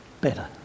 better